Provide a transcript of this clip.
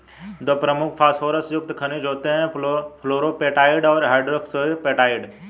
दो प्रमुख फॉस्फोरस युक्त खनिज होते हैं, फ्लोरापेटाइट और हाइड्रोक्सी एपेटाइट